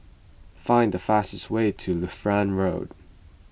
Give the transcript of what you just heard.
find the fastest way to Lutheran Road